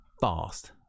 fast